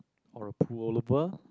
or a pullover